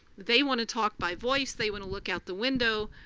they wanna talk by voice. they wanna look out the window.